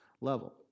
level